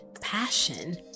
passion